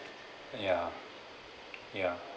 ya ya